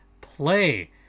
play